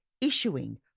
issuing